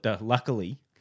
luckily